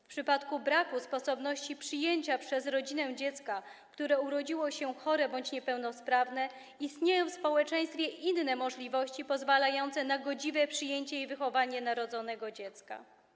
W przypadku braku sposobności przyjęcia przez rodzinę dziecka, które urodziło się chore bądź niepełnosprawne, istnieją w społeczeństwie inne możliwości pozwalające na godziwe przyjęcie i wychowanie narodzonego dziecka.